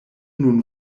nun